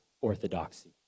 orthodoxy